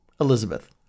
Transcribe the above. Elizabeth